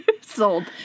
Sold